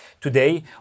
Today